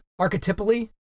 archetypally